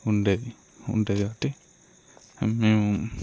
ఉండేది ఉంటుంది కాబట్టి మేము